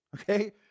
Okay